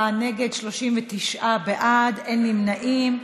44 נגד, 39 בעד, אין נמנעים.